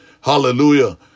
Hallelujah